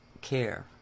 care